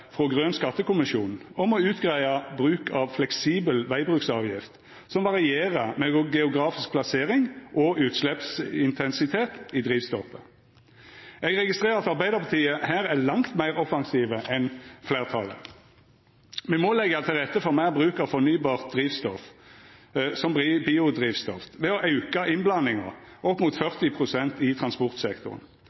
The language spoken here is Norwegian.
frå Grøn skattekommisjon om å greia ut bruk av fleksibel vegbruksavgift som varierer med geografisk plassering og utsleppsintensitet i drivstoffet. Eg registrerer at Arbeidarpartiet her er langt meir offensive enn fleirtalet. Me må leggja til rette for meir bruk av fornybart drivstoff, som biodrivstoff, ved å auka innblandinga opp mot 40 pst. i transportsektoren.